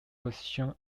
position